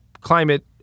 climate